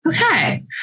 Okay